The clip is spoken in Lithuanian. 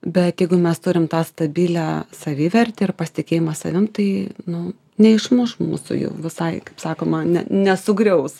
bet jeigu mes turim tą stabilią savivertę ir pasitikėjimą savim tai nu neišmuš mūsų jau visai kaip sakoma ne nesugriaus